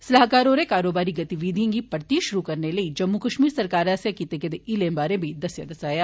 सलाहकार होरें कारोबारी गतिविधियें गी परतियै शुरु करने लेई जम्मू कश्मीर सरकार आस्सेया कीते गेदे हीलें बारै बी दस्सेया